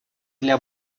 для